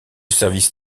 service